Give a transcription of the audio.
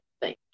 thank